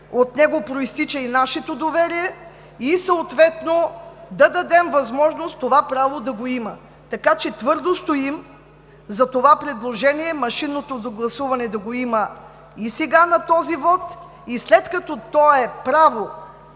от него произтича и нашето доверие, и съответно да дадем възможност това право да го има. Така че твърдо стоим за това предложение: машинното гласуване да го има и сега на този вот, и след като то е право